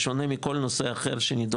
בשונה מכל נושא אחר שנידון.